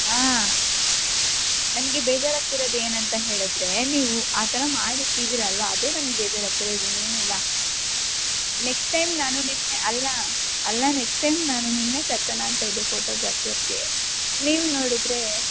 ಹಾಂ ನನಗೆ ಬೇಜಾರು ಆಗ್ತಿರೋದು ಏನು ಅಂತ ಹೇಳಿದ್ರೆ ನೀವು ಆ ಥರ ಮಾಡಿಕ್ಕಿದ್ದೀರಾ ಅಲ್ಲವಾ ಅದೇ ನಂಗೆ ಬೇಜಾರು ಆಗ್ತಿರೋದು ಇನ್ನೇನು ಇಲ್ಲ ನೆಕ್ಸ್ಟ್ ಟೈಮ್ ನಾನು ನಿಮ್ಮನ್ನೆ ಅಲ್ಲ ಅಲ್ಲ ನೆಕ್ಸ್ಟ್ ಟೈಮ್ ನಾನು ನಿಮ್ಮನ್ನೆ ಕರೆಸೋಣಾ ಅಂತ ಇದ್ದೆ ಫೋಟೋಗ್ರಫಿಯವ್ರಿಗೆ ನೀವು ನೋಡಿದ್ರೇ